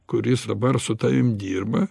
kuris dabar su tavim dirba